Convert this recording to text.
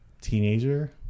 teenager